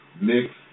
mix